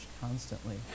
constantly